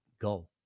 Go